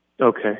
Okay